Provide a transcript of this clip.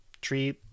tree